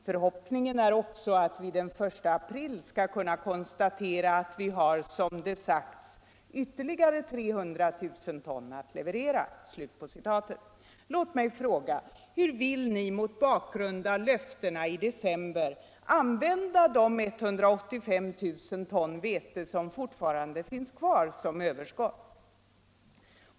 Förhoppningen är också att vi den 1 april skall kunna konstatera att vi har, som det sagts, ytterligare 300 000 ton att leverera.” Låt mig fråga, hur vill ni, mot bakgrund av löftena i december, använda de 185 000 ton vete som fortfarande finns kvar som överskott?